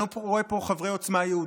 אני לא רואה פה חברי עוצמה יהודית.